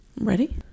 Ready